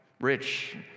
rich